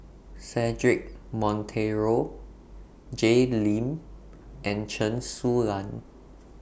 Cedric Monteiro Jay Lim and Chen Su Lan